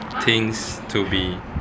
things to be